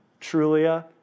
Trulia